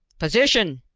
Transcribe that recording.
position!